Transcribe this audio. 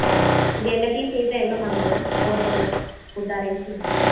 ஆ இது எல்லாத்தையும் சேர்த்தா எவ்வளோ மேம் வரும் ஹோட்டலு ஃபுட் அரேஞ்ச்மெண்ட்ஸு